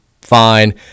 fine